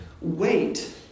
wait